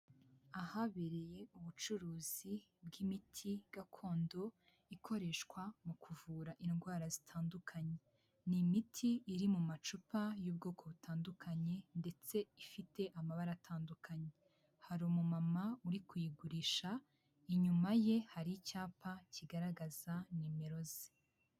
Ahabereye ubucuruzi bw'imiti gakondo ikoreshwa mu kuvura indwara zitandukanye, ni imiti iri mu macupa y'ubwoko butandukanye ndetse ifite amabara atandukanye, hari umumama uri kuyigurisha inyuma ye hari icyapa kigaragaza nimero ze.